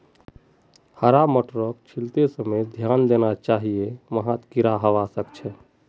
हरा मटरक छीलते समय ध्यान देना चाहिए वहात् कीडा हवा सक छे